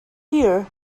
here